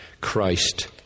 Christ